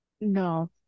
no